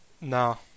No